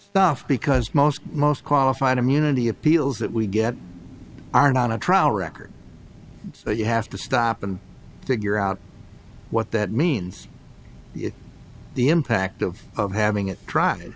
stuff because most most qualified immunity appeals that we get aren't on a trial record so you have to stop and figure out what that means if the impact of having it tried